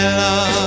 love